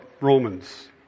Romans